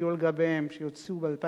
שיהיו על גביהם, שיצאו ב-2012,